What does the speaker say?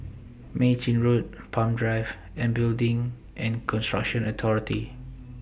Mei Chin Road Palm Drive and Building and Construction Authority